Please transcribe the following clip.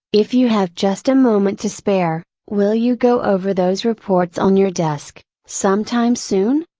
if you have just a moment to spare, will you go over those reports on your desk, some time soon?